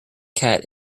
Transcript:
cat